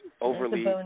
overly